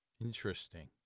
Interesting